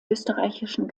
österreichischen